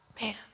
man